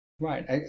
Right